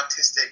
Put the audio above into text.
autistic